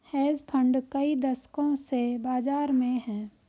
hedge fund कई दशकों से बाज़ार में हैं